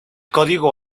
código